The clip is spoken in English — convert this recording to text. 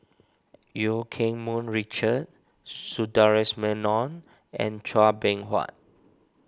Eu Keng Mun Richard Sundaresh Menon and Chua Beng Huat